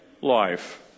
life